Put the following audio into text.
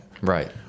Right